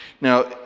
Now